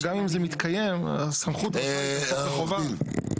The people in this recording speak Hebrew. שגם אם זה מתקיים אז הסמכות --- היא חובה.